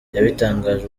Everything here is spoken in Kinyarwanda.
yabitangaje